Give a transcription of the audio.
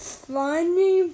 funny